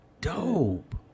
dope